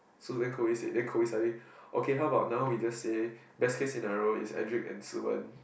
so then Cody said then Cody suddenly okay how about now we just say best case scenario is Endrik and Si-wen